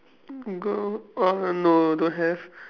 girl oh no don't have